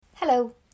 Hello